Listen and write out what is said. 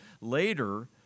later